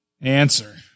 Answer